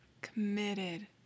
Committed